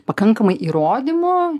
pakankamai įrodymų